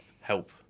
help